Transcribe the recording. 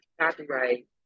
copyright